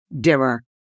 dimmer